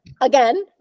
again